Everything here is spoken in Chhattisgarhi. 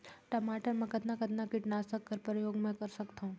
टमाटर म कतना कतना कीटनाशक कर प्रयोग मै कर सकथव?